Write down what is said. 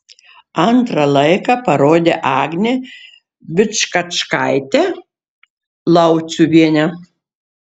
antrą laiką parodė agnė vičkačkaitė lauciuvienė